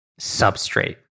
substrate